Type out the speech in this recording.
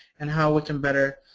and how we can better